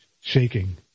shaking